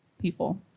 people